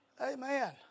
Amen